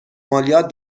مالیات